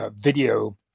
video